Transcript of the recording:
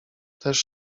też